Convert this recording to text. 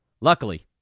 Luckily